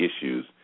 issues